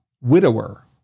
widower